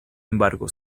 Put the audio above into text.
embargo